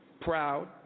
proud